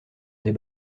des